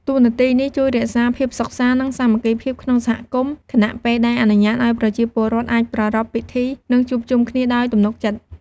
តួនាទីនេះជួយរក្សាភាពសុខសាន្ត និងសាមគ្គីភាពក្នុងសហគមន៍ ខណៈពេលដែលអនុញ្ញាតឱ្យប្រជាពលរដ្ឋអាចប្រារព្ធពិធី និងជួបជុំគ្នាដោយទំនុកចិត្ត។